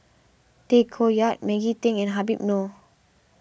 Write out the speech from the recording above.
Tay Koh Yat Maggie Teng and Habib Noh